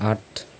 आठ